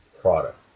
product